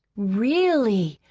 really?